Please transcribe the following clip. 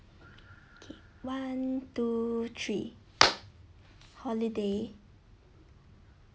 okay one two three holiday